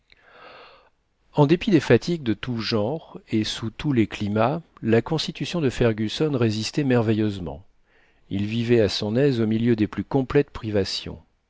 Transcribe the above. en dépit des fatigues de tous genres et sous tous les climats la constitution de fergusson résistait merveilleusement il vivait à son aise au milieu des plus complètes privations